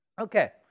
Okay